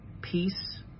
peace